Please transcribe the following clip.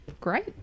Great